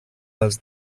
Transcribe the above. els